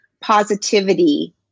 positivity